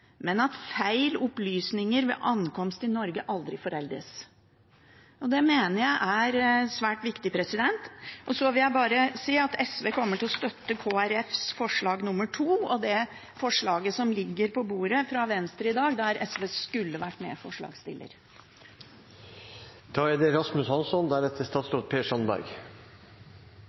men at feil opplysninger ved ankomst til Norge aldri foreldes.» Det mener jeg er svært viktig. Så vil jeg bare si at SV kommer til å støtte Kristelig Folkepartis forslag nr. 2 og det forslaget som ligger på bordet fra Venstre i dag, der SV skulle vært